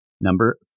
number